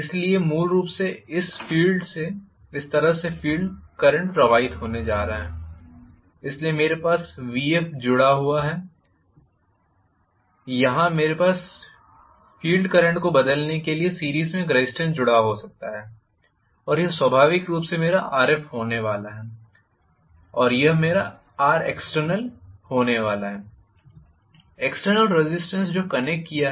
इसलिए मूल रूप से इस तरह से फील्ड करंट प्रवाहित होने जा रहा है इसलिए मेरे पास Vf जुड़ा हुआ है यहाँ मेरे पास करंट फील्ड को बदलने के लिए सीरीस में एक रेज़िस्टेन्स जुड़ा हो सकता है और यह स्वाभाविक रूप से मेरा Rf होने वाला है और यह मेरा Rext होने वाला है एक्सटर्नल रेज़िस्टेन्स जो कनेक्ट किया है